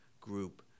group